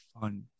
fun